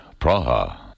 Praha